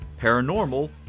paranormal